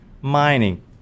mining